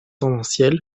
tendancielle